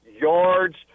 yards